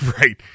right